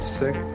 sick